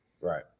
right